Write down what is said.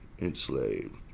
enslaved